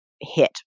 hit